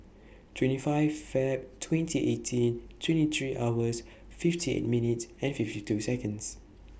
twenty five Feb twenty eighteen twenty three hours fifty eight minutes and fifty two Seconds